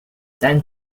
then